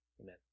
amen